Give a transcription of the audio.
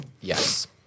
Yes